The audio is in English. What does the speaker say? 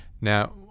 Now